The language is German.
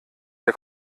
der